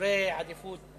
מאזורי עדיפות